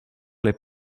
les